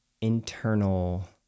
internal